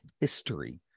history